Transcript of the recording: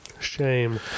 Shame